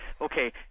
Okay